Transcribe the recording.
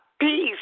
Peace